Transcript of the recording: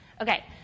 Okay